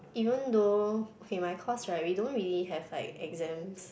even though okay my course right we don't really have like exams